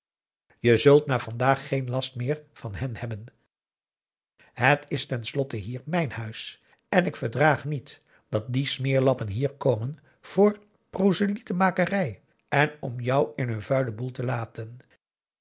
je zult na vandaag geen last meer van hen hebben het is ten slotte hier mijn huis en ik verdraag niet dat die smeerlappen hier komen voor proselitenmakerij en om jou in hun vuilen boel te halen